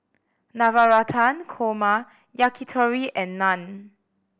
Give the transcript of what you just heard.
Navratan Korma Yakitori and Naan